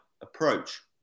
approach